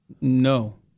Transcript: no